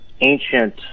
ancient